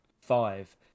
five